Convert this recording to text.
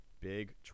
big